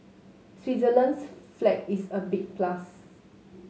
Switzerland's flag is a big plus